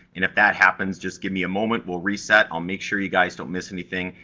and if that happens, just give me a moment, we'll reset. i'll make sure you guys don't miss anything,